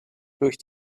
durch